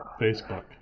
Facebook